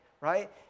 right